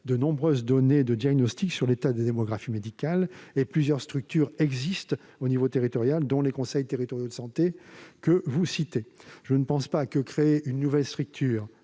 de nombreuses données de diagnostic sur l'état de la démographie médicale. Plusieurs structures existent au niveau territorial, dont les conseils territoriaux de santé, que vous évoquez. Je ne pense pas que la création d'une nouvelle structure,